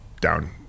down